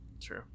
True